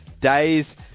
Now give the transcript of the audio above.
days